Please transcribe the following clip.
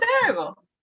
terrible